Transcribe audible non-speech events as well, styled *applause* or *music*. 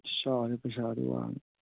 *unintelligible* ꯄꯩꯁꯥꯗꯤ ꯋꯥꯡꯏ